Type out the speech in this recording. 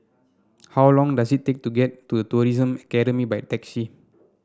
how long does it take to get to The Tourism Academy by taxi